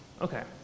Okay